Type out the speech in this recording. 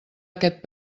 aquest